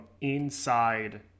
inside